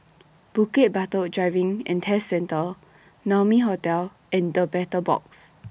Bukit Batok Driving and Test Centre Naumi Hotel and The Battle Box